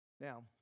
Now